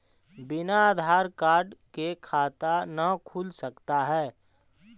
बिना आधार कार्ड के खाता न खुल सकता है?